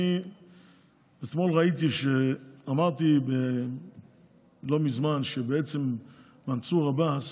אתמול ראיתי, אמרתי לא מזמן שבעצם מנסור עבאס